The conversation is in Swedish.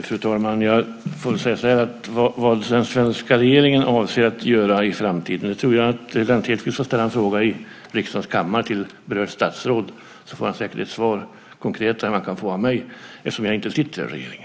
Fru talman! Jag får säga som så att vad den svenska regeringen avser att göra i framtiden är en fråga som Lennart Hedquist får ställa i riksdagens kammare till berört statsråd. Då får han säkert ett konkretare svar än vad han kan få av mig eftersom jag inte sitter i regeringen.